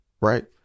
Right